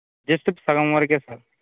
just సగం వరకే sir